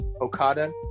Okada